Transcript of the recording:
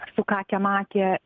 su kake make